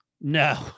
No